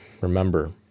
Remember